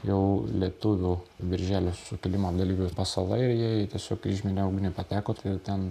jau lietuvių birželio sukilimo dalyvių pasala ir jie tiesiog į kryžminę ugnį pateko tai ten